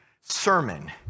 sermon